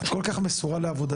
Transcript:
את כל כך מסורה לעבודתך,